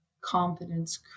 confidence